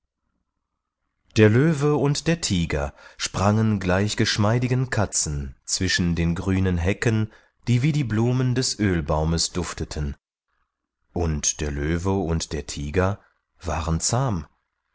der löwe und der tiger sprangen gleich geschmeidigen katzen zwischen den grünen hecken die wie die blumen des ölbaumes dufteten und der löwe und der tiger waren zahm